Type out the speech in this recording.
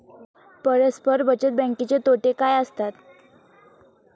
परस्पर बचत बँकेचे तोटे काय असतात?